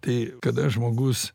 tai kada žmogus